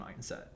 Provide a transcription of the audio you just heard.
mindset